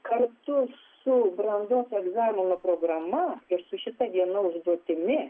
kartu su brandos egzamino programa su šita viena užduotimi